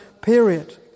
period